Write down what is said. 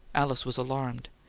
alice was alarmed.